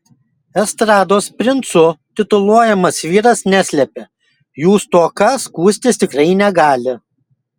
estrados princu tituluojamas vyras neslepia jų stoka skųstis tikrai negali